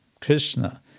Krishna